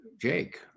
Jake